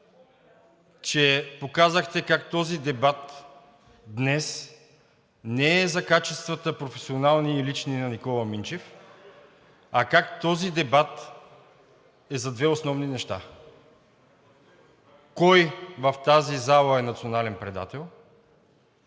че показахте как този дебат днес не е за качествата – професионални и лични на Никола Минчев, а как този дебат е за две основни неща – кой в тази зала е национален предател,